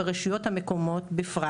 ברשויות המקומיות בפרט.